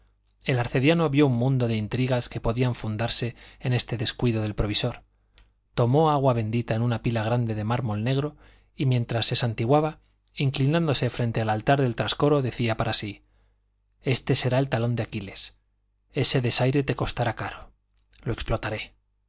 el arcediano vio un mundo de intrigas que podían fundarse en este descuido del provisor tomó agua bendita en una pila grande de mármol negro y mientras se santiguaba inclinándose frente al altar del trascoro decía para sí este será el talón de aquiles ese desaire te costará caro lo explotaré